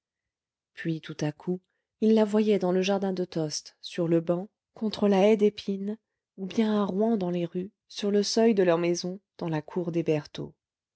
puis tout à coup il la voyait dans le jardin de tostes sur le banc contre la haie d'épines ou bien à rouen dans les rues sur le seuil de leur maison dans la cour des bertaux